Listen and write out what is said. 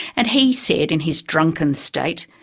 and he said in his drunken state,